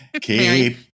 Keep